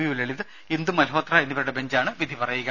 U Lalit Indu Malhotra എന്നിവരുടെ ബെഞ്ചാണ് വിധി പറയുക